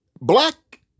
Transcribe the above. black